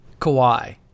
Kawhi